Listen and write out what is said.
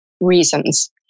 reasons